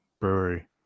Brewery